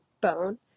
bone